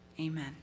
Amen